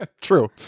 true